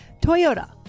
Toyota